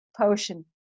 potion